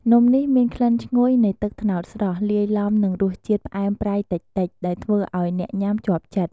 នំនេះមានក្លិនឈ្ងុយនៃទឹកត្នោតស្រស់ លាយឡំនឹងរសជាតិផ្អែមប្រៃតិចៗ ដែលធ្វើឱ្យអ្នកញ៉ាំជាប់ចិត្ត។